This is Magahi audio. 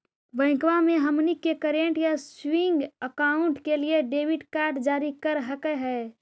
बैंकवा मे हमनी के करेंट या सेविंग अकाउंट के लिए डेबिट कार्ड जारी कर हकै है?